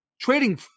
trading